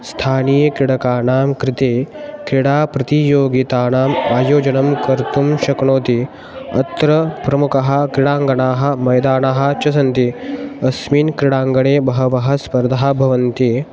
स्थानीयक्रिडकाणां कृते क्रिडाप्रतियोगिताणाम् आयोजनं कर्तुं शक्नोति अत्र प्रमुखः क्रिडाङ्गणाः मैदाणः च सन्ति अस्मिन् क्रिडाङ्गणे बहवः स्पर्धाः भवन्ति